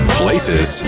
places